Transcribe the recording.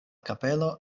kapelo